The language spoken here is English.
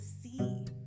see